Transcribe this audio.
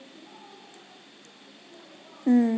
mm